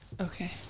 Okay